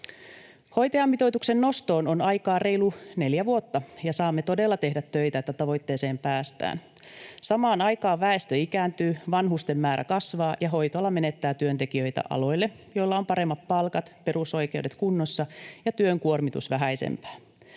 Hoitajamitoituksen nostoon on aikaa reilut neljä vuotta, ja saamme todella tehdä töitä, että tavoitteeseen päästään. Samaan aikaan väestö ikääntyy, vanhusten määrä kasvaa ja hoitoala menettää työntekijöitä aloille, joilla on paremmat palkat, perusoikeudet kunnossa ja työn kuormitus vähäisempää.